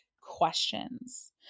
questions